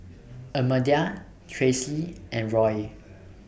Almedia Traci and Roy